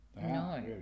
No